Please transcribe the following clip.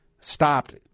stopped